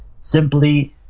simply